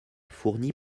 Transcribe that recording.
fourni